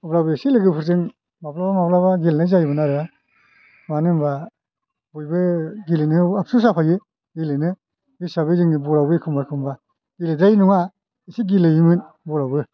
अब्लाबो एसे लोगोफोरजों माब्लाबा माब्लाबा गेलेनाय जायोमोन आरो मानो होनबा बयबो गेलेनायाव आपसुस जाफायो गेलेनो बे हिसाबै जोङो बलआवबो एखमबा एखमबा गेलेद्रायै नङा एसे गेलेयोमोन बलआवबो